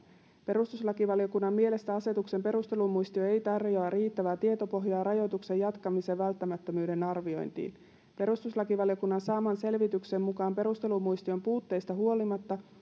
perustuslakivaliokunnan mielestä asetuksen perustelumuistio ei tarjoa riittävää tietopohjaa rajoituksen jatkamisen välttämättömyyden arviointiin perustuslakivaliokunnan saaman selvityksen mukaan perustelumuistion puutteista huolimatta